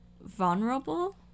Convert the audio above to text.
vulnerable